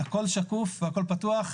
הכול שקוף והכול פתוח.